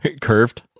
curved